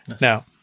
Now